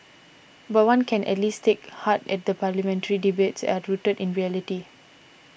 but one can at least take heart at the parliamentary debates are rooted in reality